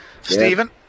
Stephen